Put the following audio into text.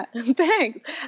thanks